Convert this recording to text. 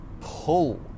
pull